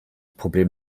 problem